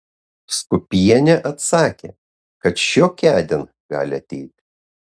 skūpienė atsakė kad šiokiądien gali ateit